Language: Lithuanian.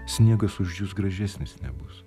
sniegas už jus gražesnis nebus